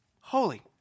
Holy